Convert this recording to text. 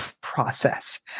process